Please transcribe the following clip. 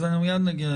אז אנחנו מייד נגיע,